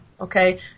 Okay